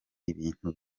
ibintu